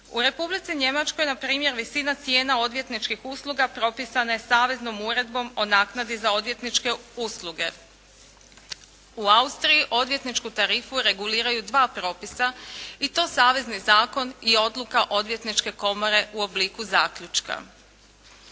U Republici Njemačkoj npr. visina cijena odvjetničkih usluga propisana je Saveznom uredbom o naknadi za odvjetničke usluge. U Austriji odvjetničku tarifu reguliraju dva propisa i to savezni zakon i Odluka odvjetničke komore u obliku zaključka.